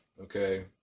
okay